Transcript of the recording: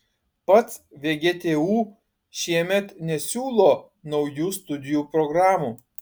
pats vgtu šiemet nesiūlo naujų studijų programų